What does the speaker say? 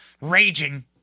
raging